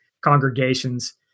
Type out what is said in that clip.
congregations